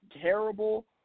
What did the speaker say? terrible